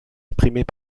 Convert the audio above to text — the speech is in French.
exprimées